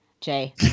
Jay